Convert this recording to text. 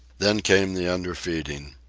then came the underfeeding.